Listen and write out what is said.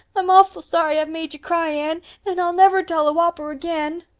i'm awful sorry i've made you cry, anne, and i'll never tell a whopper again.